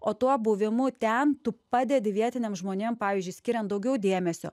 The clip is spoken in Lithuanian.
o tuo buvimu ten tu padedi vietiniam žmonėm pavyzdžiui skiriant daugiau dėmesio